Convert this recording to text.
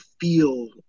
feel